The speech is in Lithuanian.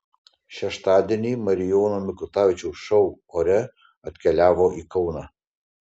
šeštadienį marijono mikutavičiaus šou ore atkeliavo į kauną